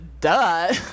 duh